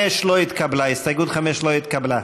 הסתייגות 5 לא התקבלה.